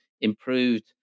improved